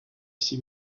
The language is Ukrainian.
всі